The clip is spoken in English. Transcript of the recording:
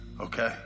okay